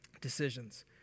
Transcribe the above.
decisions